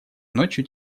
ночью